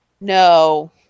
no